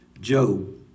Job